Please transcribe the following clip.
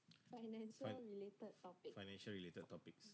fine financial related topics